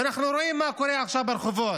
ואנחנו רואים מה קורה עכשיו ברחובות.